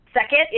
Second